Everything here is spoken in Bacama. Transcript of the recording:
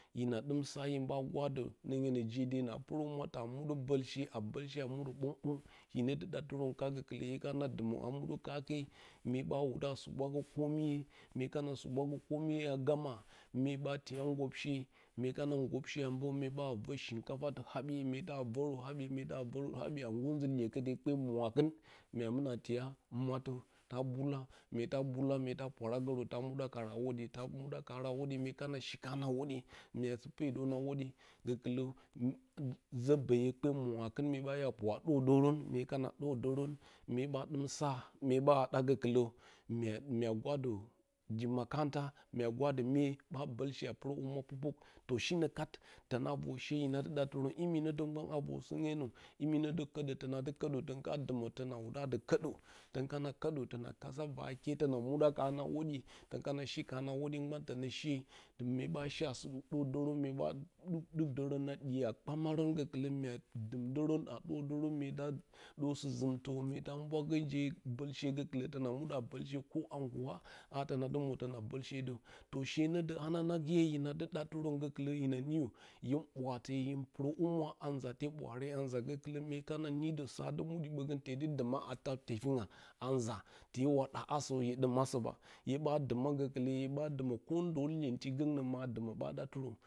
Hina dɨm sa hin ba gwadə nrioing jedenə a purohumaa ta muɗə bolshe a bolshe a muɗə mbonbong hinə dɨ ɗa terəu kat gukulə hin kana ndumə muɗə kake mye ɓa wuda a subwəg komiye mue kana subwagə komine a gama mye ɓa tiya gobso mye kana gobshe a mbə mye ɓa a vor shinkafa habiiye mus ɓa a vorə habiye, mye ɓa a vorə habiye a ngur nzɨ kyekete kpe mwakɨn mya muna tiya matə ta mbula myeta bula myeta pwarage rə myeta mudda karə a hodiye. mduɗa karə a hodiye mye kana shi kurə a hodiye mya sɨ pedən a hodiye gokulə zə mbaye kpe mwakɨn mye ɓa dordara porə a dordərən mye ka dordərə mye ɓa dɨm sa mye ɓa da gokulə mya guradə ji ma mya gwadə mye ɓa bolshe a purohumwa pukpuk to shi no kat tona vor she hina ɗu ɗatirən imi nə də gban a roserenəlmi no koɗə tonadɨ kodə ton kana ndomə tona wuda du kodə, ton kana koɗə tano kaɗsa vwake tona muɗa karə a hodiye tou kana shikaron a hodiye sbah tonə she mye ɓa shi a sɨ dordərən mye ba dukdərə a ɗiye a kpamərən gokulə mye dɨm dərən a dordərən mye da dor sɨzɨmadə mye ta bwəngə je bolshe gokulə tona muda bolshe ko a nduum ha tona du mun tona bolshe də to she nodə hananaye iya hina dɨ ɗaterə gokutə hina niyə hin buratiye hin puroha mura a nzate baraare a nza gokulə mye kana nidə sa du wudi gonnə tedɨ duma a tak tyefianga a nza te wa ɗa asə hye dɨm asə hye ɓa duma gokulə hye ɓa duma ko do iyentɨ gonnə ma dumə ɓa da tɨrə.